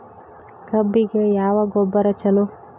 ಕಬ್ಬಿಗ ಯಾವ ಗೊಬ್ಬರ ಛಲೋ?